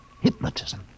hypnotism